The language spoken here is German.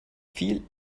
viel